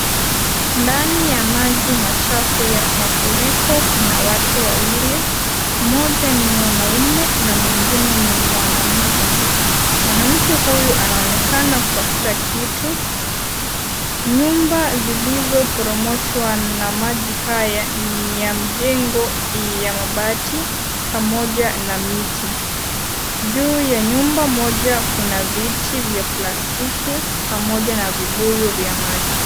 Ndani ya maji machafu ya mafuriko kuna watu wawili, mmoja ni mwanaume, na mwingine ni mwanamke, mwanamke huyu anaonekana kutafuta kitu, nyumba zilizo poromoshwa na maji haya ni ya mjengo ii ya mabati pamoja na miti, juu ya nyumba moja kuna viti vya plastiki pamoja na vibuyu vya maji.